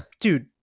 dude